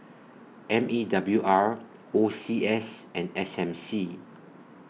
M E W R O C S and S M C